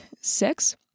sex